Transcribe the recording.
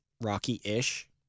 rocky-ish